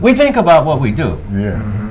we think about what we do